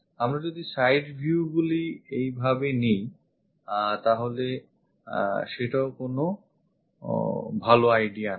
আমরা যদি side viewগুলি এইভাবে নিই তাহলে সেটাও কোন ভালো idea নয়